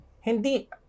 Hindi